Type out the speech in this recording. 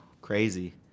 crazy